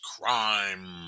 crime